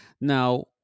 Now